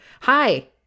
Hi